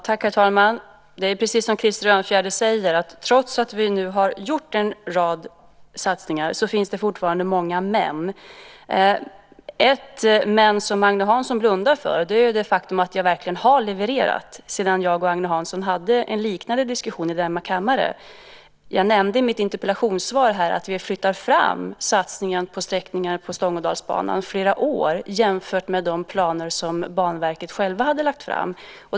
Herr talman! Det är precis som Krister Örnfjäder säger, nämligen att det trots att vi har gjort en rad satsningar fortfarande finns många men. Ett men som Agne Hansson blundar för är det faktum att jag sedan jag och Agne Hansson i denna kammare hade en liknande diskussion verkligen har levererat. I mitt interpellationssvar nämnde jag att vi tidigarelägger satsningen på sträckningar på Stångådalsbanan flera år jämfört med de planer som Banverket självt hade lagt fram.